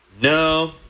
No